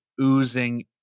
oozing